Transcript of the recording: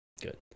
Good